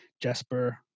Jesper